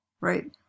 Right